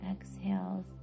exhales